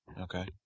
Okay